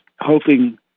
hoping